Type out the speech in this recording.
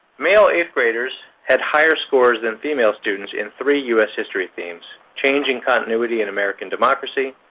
male eighth graders had higher scores than female students in three u s. history themes changing continuity in american democracy,